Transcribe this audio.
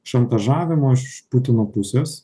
šantažavimo iš putino pusės